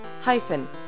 hyphen